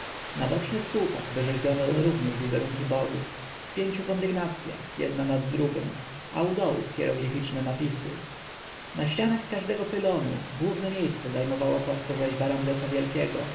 na bocznych słupach wyrzeźbiono również wizerunki bogów w pięciu kondygnacjach jedna nad drugą a u dołu hieroglificzne napisy na ścianach każdego pylonu główne miejsce zajmowała płaskorzeźba ramzesa wielkiego